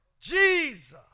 Jesus